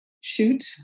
shoot